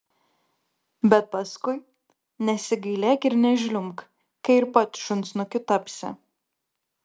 bet paskui nesigailėk ir nežliumbk kai ir pats šunsnukiu tapsi